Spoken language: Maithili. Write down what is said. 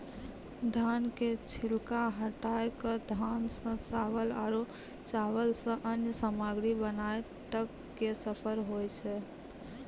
धान के छिलका हटाय कॅ धान सॅ चावल आरो चावल सॅ अन्य सामग्री बनाय तक के सफर होय छै